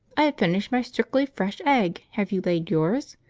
i have finished my strictly fresh egg, have you laid yours?